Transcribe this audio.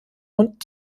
und